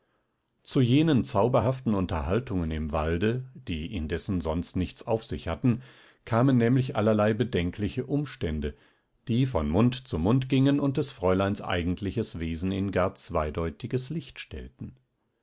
zu jenen zauberhaften unterhaltungen im walde die indessen sonst nichts auf sich hatten kamen nämlich allerlei bedenkliche umstände die von mund zu mund gingen und des fräuleins eigentliches wesen in gar zweideutiges licht stellten